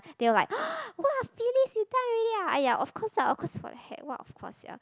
they were like !wah! Phyllis you done already ah !aiya! of course ah of course for your head what of course ya